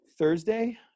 thursday